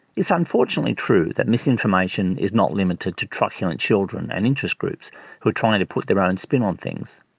it's unfortunately true that misinformation is not limited to truculent children and interest groups who are trying to put their own spin on things.